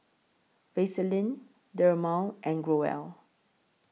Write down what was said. Vaselin Dermale and Growell